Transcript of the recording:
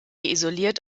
isoliert